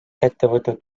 ettevõtte